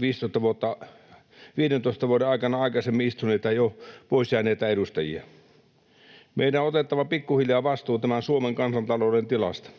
15 vuoden aikana aikaisemmin istuneista, jo pois jääneistä edustajista. Meidän on otettava pikkuhiljaa vastuu Suomen kansantalouden tilasta.